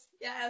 Yes